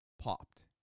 popped